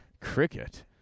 Cricket